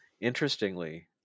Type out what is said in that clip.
interestingly